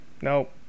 Nope